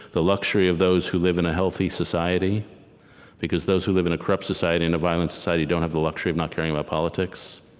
the luxury of those who live in a healthy society because those who live in a corrupt society and a violent society don't have the luxury of not caring about politics.